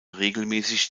regelmäßig